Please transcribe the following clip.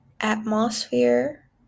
atmosphere